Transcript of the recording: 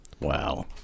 wow